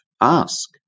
Ask